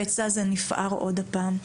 הפצע הזה נפער עוד הפעם.